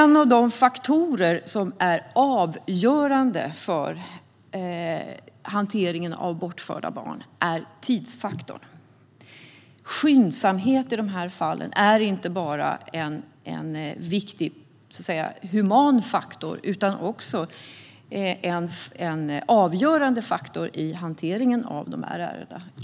Något som är avgörande för hanteringen av bortförda barn är tidsfaktorn. Skyndsamhet i dessa fall är inte bara en viktig human faktor utan också avgörande för hanteringen av dem.